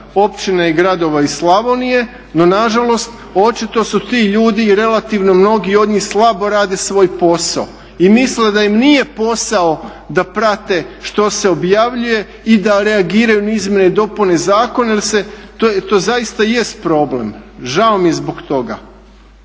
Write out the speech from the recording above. općina i gradova iz Slavonije no nažalost očito su ti ljudi i relativno mnogi od njih slabo rade svoj posao. I misle da im nije posao da prate što se objavljuje i da reagiraju na izmjene i dopune zakona jer se, to zaista jest problem. Žao mi je zbog toga.